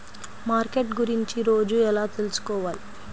Market గురించి రోజు ఎలా తెలుసుకోవాలి?